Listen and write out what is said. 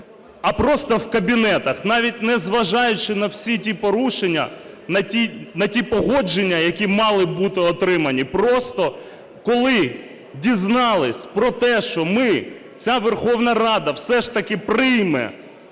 а просто в кабінетах, навіть незважаючи на всі ті порушення, на ті погодження, які мали бути отримані. Просто коли дізналися про те, що ми, ця Верховна Рада все ж таки прийме